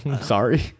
Sorry